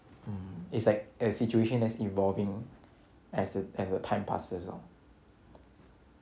mm it's like a situation that's evolving as the as the time passes lor